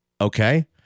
okay